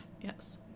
yes